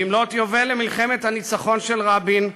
במלאות יובל למלחמת הניצחון של רבין,